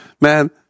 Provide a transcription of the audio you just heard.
Man